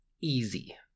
easy